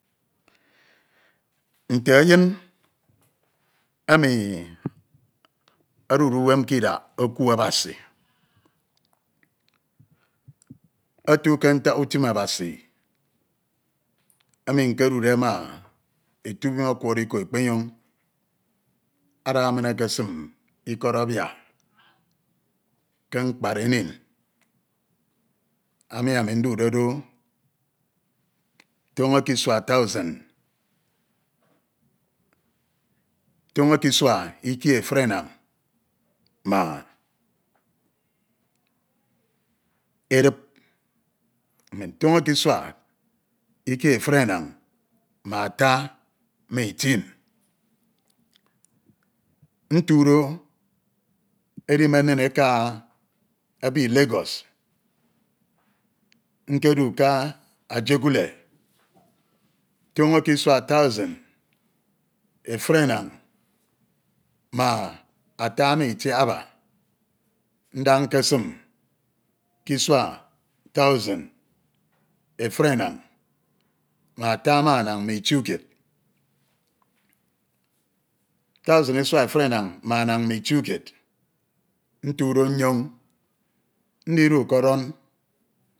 Nte eyin emi edude ihuem ke ídak eku Abasi, etu ke ntak utim Abasi emi nkedude ma etubim okmoro iko Ekpenyong ada min ekesim ikod abia ke mkpadenin. Emi anu ndude do toño ke isua tosin, toño ke isua ikie efudenan ma edip, toño ke isua ikie efudenan ma ata ma itin ntudo, edimen nin eka ebi Lagos, nkedi ke Ajegunle toño ke isua tosin efudenan ma ata ma itiaba nda nkesim ke isua tosin efudenan ma ata ma inan ma itiukied, Tosin isua efudenan ma anan ma itiykied, ntudo nyoñ ndidu ke oron.